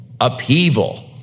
upheaval